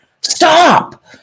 Stop